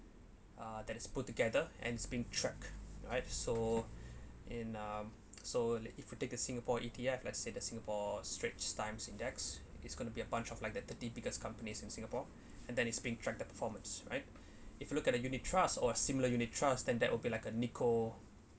ah that is put together and is being tracked right so in uh so if you take a singapore E_T_F let's say the singapore's straits times index it's gonna be a bunch of like the thirty biggest companies in singapore and then is being tracked performance right if you looked at a unit trusts or similar unit trust then that would be like a Nikko